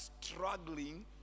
struggling